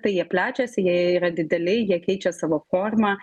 tai jie plečiasi jie yra dideli jie keičia savo formą